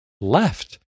left